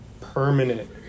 permanent